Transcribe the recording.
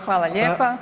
Hvala lijepa.